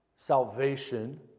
salvation